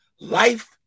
life